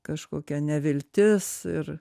kažkokia neviltis ir